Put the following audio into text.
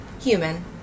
human